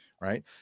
Right